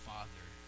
Father